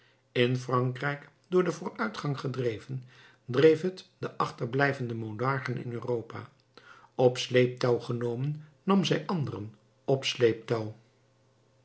in frankrijk door den vooruitgang gedreven dreef het de achterblijvende monarchen in europa op sleeptouw genomen nam zij anderen op sleeptouw